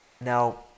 Now